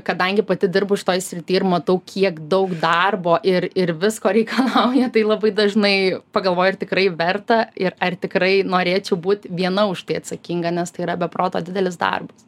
kadangi pati dirbu šitoj srity ir matau kiek daug darbo ir ir visko reikalauja tai labai dažnai pagalvoju ar tikrai verta ir ar tikrai norėčiau būt viena už tai atsakinga nes tai yra be proto didelis darbas